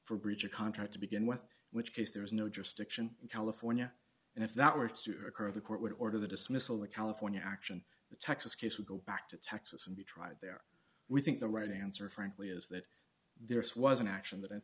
for breach of contract to begin with which case there is no jurisdiction in california and if that were to occur the court would order the dismissal of the california action the texas case would go back to texas and be tried there we think the right answer frankly is that there is was an action that